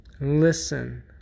listen